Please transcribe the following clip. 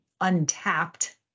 untapped